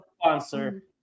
sponsor